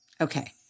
Okay